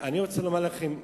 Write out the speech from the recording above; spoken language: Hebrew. אני רוצה לומר לכם,